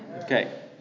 Okay